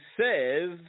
says